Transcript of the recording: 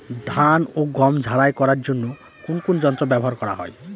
ধান ও গম ঝারাই করার জন্য কোন কোন যন্ত্র ব্যাবহার করা হয়?